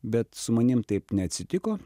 bet su manim taip neatsitiko